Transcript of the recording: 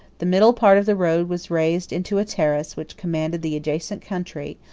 the middle part of the road was raised into a terrace which commanded the adjacent country,